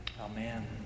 Amen